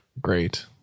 great